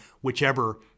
whichever